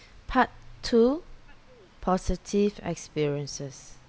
part two positive experiences